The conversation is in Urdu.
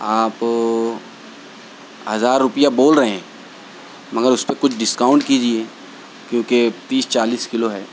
آپ ہزار روپیہ بول رہے ہیں مگر اس پہ کچھ ڈسکاؤنٹ کیجیے کیونکہ تیس چالیس کلو ہے